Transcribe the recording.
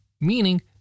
meaning